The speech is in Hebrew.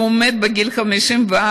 שמת בגיל 54,